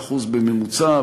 75% בממוצע.